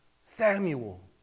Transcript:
Samuel